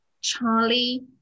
charlie